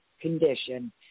condition